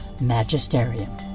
magisterium